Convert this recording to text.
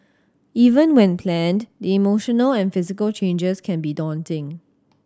even when planned the emotional and physical changes can be daunting